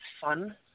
fun